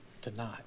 Tonight